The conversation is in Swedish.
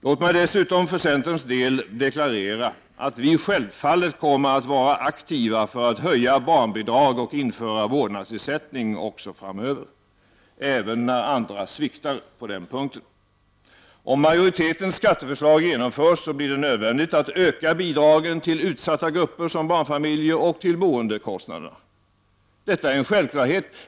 Låt mig dessutom för centerns del deklarera att vi självfallet kommer att vara aktiva för att höja barnbidraget och införa vårdnadsersättning också framöver, även när andra sviktar på dessa punkter. Om majoritetens skatteförslag genomförs blir det nödvändigt att öka bidragen till utsatta grupper som barnfamiljer samt bidragen till boendekostnader. Detta är en självklarhet.